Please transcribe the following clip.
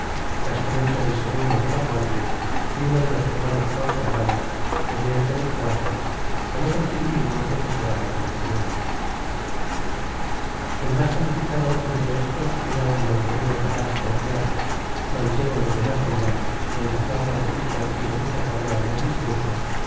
castrense del o de la guardia y uno de los hermanos fonsagrada teniente del o con otros individuos de que se dará conocimiento el más calificado entre estos era un d bruno carrasco y armas manchego de buena sombra de insaciable apetito y de mucha correa en el discurso